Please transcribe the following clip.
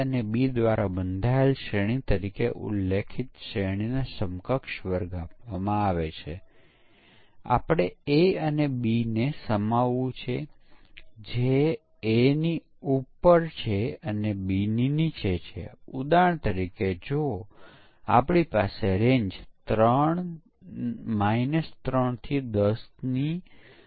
આ દરેકને આપણે યુનિટ તરીકે ઓળખીએ છીએ આપણે ફંક્શનને યુનિટ તરીકે ઓળખીએ છીએ આપણે યુનિટ તરીકે મોડ્યુલ અથવા ઘટકને પણ યુનિટ તરીકે ઓળખી શકીએ છીએ અને આપણે તેમને અન્ય યુનિટથી સ્વતંત્ર રીતે ચકાસીએ છીએ